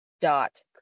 dot